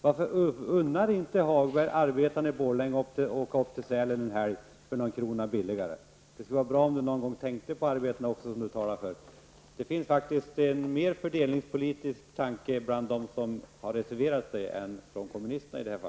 Varför unnar inte Lars Sälen en helg till ett någon krona lägre pris? Det skulle vara bra om ni också någon gång tänkte på arbetarna som ni talar för. Det finns faktiskt i detta fall mer av fördelningspolitik bland reservanterna än bland kommunisterna.